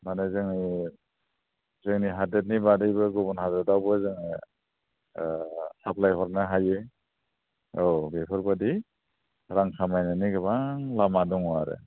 माने जोङो जोंनि हादोरनि बारैबो गुबुन हादोरावबो जोङो ओ साप्लाइ हरनो हायो औ बेफोरबादि रां खामायनायनि गोबां लामा दङ आरो